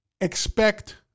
expect